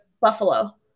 Buffalo